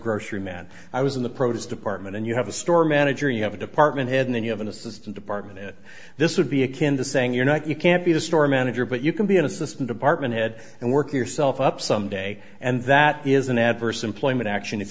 grocery man i was in the produce department and you have a store manager you have a department head and then you have an assistant department that this would be akin to saying you're not you can't be the store manager but you can be an assistant department head and work yourself up some day and that is an adverse employment action if